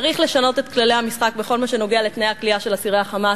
צריך לשנות את כללי המשחק בכל מה שנוגע לתנאי הכליאה של אסירי ה"חמאס".